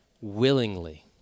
willingly